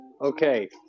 okay